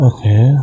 Okay